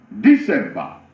December